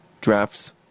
Drafts